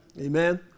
Amen